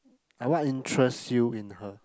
like what interest you in her